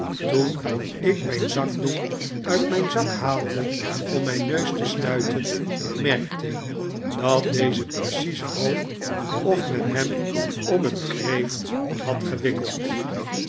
toen ik mijn zakdoek uit mijn zak haalde om mijn neus te snuiten merkte dat deze precies rook of men hem om een kreeft had gewikkeld